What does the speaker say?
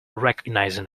recognizing